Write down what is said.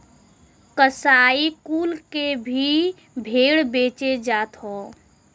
कसाई कुल के भी भेड़ बेचे जात हौ